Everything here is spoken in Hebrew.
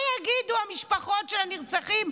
מה יגידו המשפחות של הנרצחים?